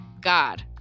God